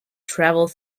travel